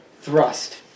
thrust